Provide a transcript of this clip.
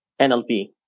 NLP